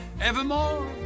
evermore